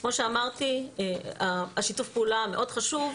כמו שאמרתי, שיתוף הפעולה מאוד חשוב,